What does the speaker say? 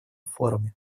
форуме